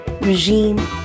regime